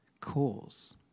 cause